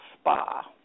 spa